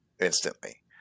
instantly